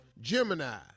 Gemini